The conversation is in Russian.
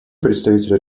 представителя